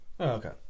Okay